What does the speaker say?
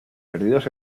perdidos